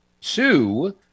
two